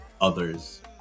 others